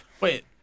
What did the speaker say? Wait